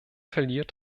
verliert